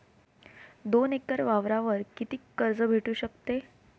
दोन एकर वावरावर कितीक कर्ज भेटू शकते?